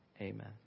Amen